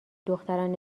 دختران